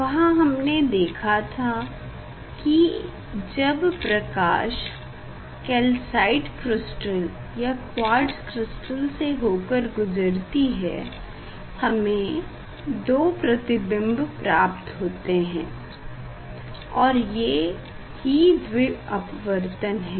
वहाँ हमने देखा था की जब प्रकाश कैल्साइट क्रिस्टल या क्वार्ट्ज़ क्रिस्टल से हो कर गुजरती है हमे दो प्रतिबिंब प्राप्त होते है और ये ही द्वि अपवर्तन है